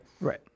Right